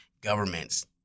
governments